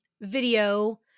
video